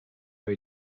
were